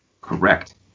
Correct